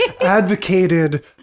advocated